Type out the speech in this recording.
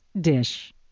dish